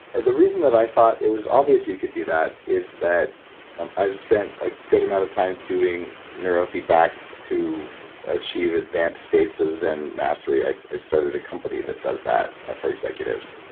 the reason that i thought it was obvious you could do that is that um i've spent a good amount of time doing neurofeedback to achieve advanced states of zen mastery. i i started a company that does that for executives.